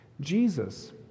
Jesus